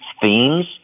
themes